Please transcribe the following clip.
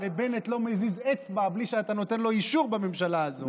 הרי בנט לא מזיז אצבע בלי שאתה נותן לו אישור בממשלה הזו.